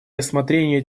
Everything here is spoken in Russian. рассмотрения